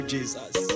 Jesus